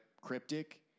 cryptic